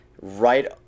Right